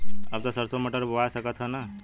अब त सरसो मटर बोआय सकत ह न?